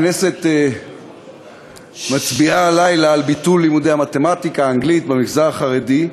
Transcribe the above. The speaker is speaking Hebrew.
הכנסת מצביעה הלילה על ביטול לימודי המתמטיקה והאנגלית במגזר החרדי.